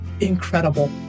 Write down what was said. incredible